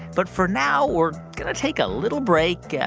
but for now, we're going to take a little break, yeah